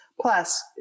Plus